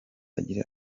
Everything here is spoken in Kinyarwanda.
agira